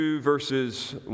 verses